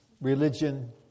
Religion